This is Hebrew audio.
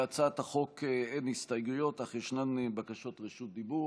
להצעת החוק אין הסתייגויות אך ישנן בקשות רשות דיבור.